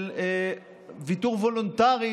של ויתור וולונטרי,